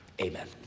Amen